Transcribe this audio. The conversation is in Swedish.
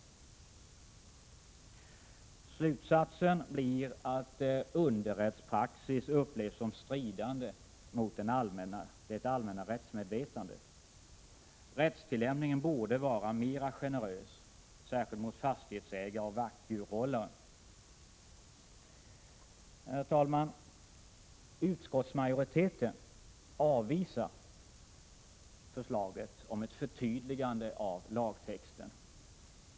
25 november 1987 Slutsatsen blir att underrättspraxis upplevs som stridande mot det allmän= = Jma om 5 ERT 2 am = Vissaskadena rättsmedvetandet. Rättstillämpningen borde vara mera generös särskilt Zz sa ; ståndsfrågor mot fastighetsägare och vaktdjurhållare. Herr talman! Utskottsmajoriteten avvisar förslaget om ett förtydligande av lagtexten.